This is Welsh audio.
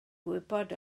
gwybod